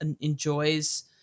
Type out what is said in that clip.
enjoys